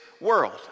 world